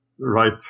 Right